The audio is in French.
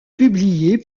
publier